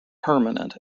permanent